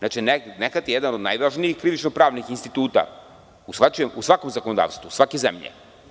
Nehat je jedan od najvažnijih krivično-pravnih instituta u svakom zakonodavstvu, u svakoj zemlji.